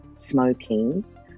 smoking